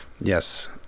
Yes